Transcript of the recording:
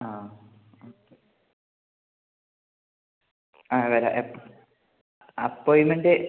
ആ ആ വരാം എപ്പം അപ്പോയിൻമെന്റ്